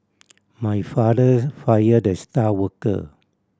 my father fired the star worker